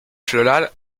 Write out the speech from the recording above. floral